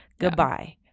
Goodbye